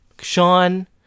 Sean